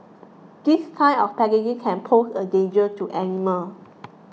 this kind of packaging can pose a danger to animal